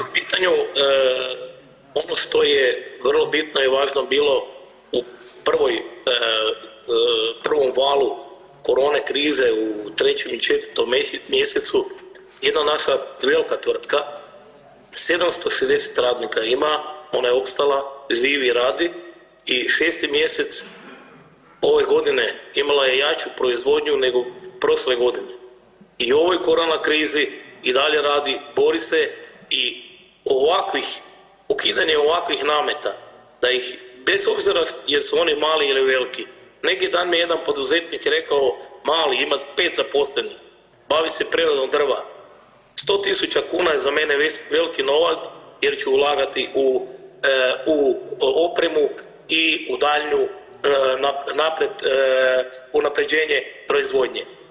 Po tom pitanju ono što je vrlo bitno i važno bilo u prvoj, u prvom valu korone krize u 3. i 4. mjesecu, jedna naša velika tvrtka 760 radnika ima ona je opstala, živi, radi i 6. mjesec ove godine imala je jaču proizvodnju nego prošle godine i u ovoj korona krizi i dalje radi, bori se i ovakvih, ukidanje ovakvih nameta da ih bez obzira jesu oni mali ili veliki, neki dan mi je jedan poduzetnik rekao mali ima 5 zaposlenih, bavi se preradom drva, 100.000 kuna je za mene veliki novac jer ću ulagati u opremu i u daljnju napred, unapređenje proizvodnje.